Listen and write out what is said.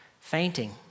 fainting